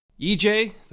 EJ